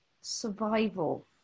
survival